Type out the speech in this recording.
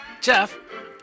Jeff